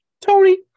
Tony